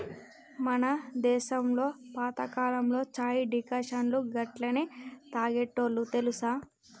మన దేసంలో పాతకాలంలో చాయ్ డికాషన్ను గట్లనే తాగేటోల్లు తెలుసా